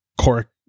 Cork